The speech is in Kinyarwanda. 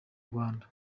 rwanda